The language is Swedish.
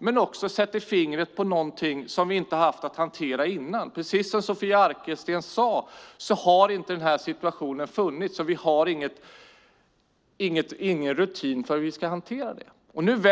Man sätter fingret på något som vi inte har haft att hantera tidigare. Som Sofia Arkelsten sade har vi inte haft den här situationen tidigare, och vi har ingen rutin för att hantera den.